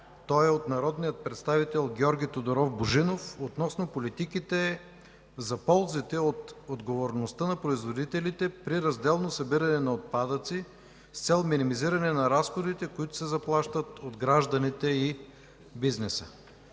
То е от народния представител Георги Тодоров Божинов относно политиките за ползите от отговорността на производителите при разделно събиране на отпадъци с цел минимизиране на разходите, които се заплащат от гражданите и бизнеса.